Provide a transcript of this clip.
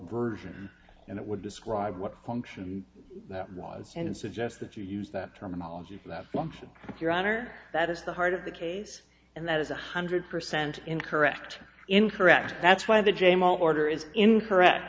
version and it would describe what function that was and suggest that you use that terminology from your honor that is the heart of the case and that is one hundred percent incorrect incorrect that's why the jam of order is incorrect